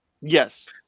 Yes